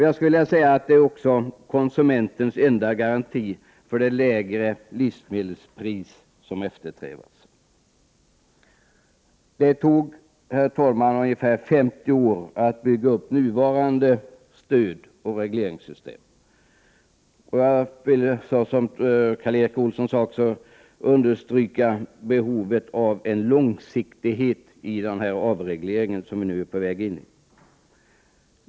Jag skulle vilja säga att det också är konsumenternas 12 april 1989 enda garanti för det lägre livsmedelspris som eftersträvas. ul Det tog, herr talman, ungefär 50 år att bygga upp nuvarande stödoch = Jord-och skogsbruk, regleringssystem. Jag vill, som Karl Erik Olsson också gjorde, understryka — ”t-7: behovet av långsiktighet i den avreglering som vi är på väg att starta.